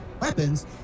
weapons